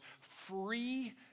free